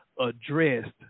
addressed